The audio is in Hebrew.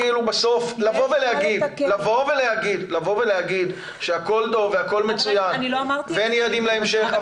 כאילו בסוף לבוא ולהגיד שהכול טוב והכול מצוין ואין יעדים להמשך.